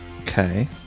okay